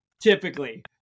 typically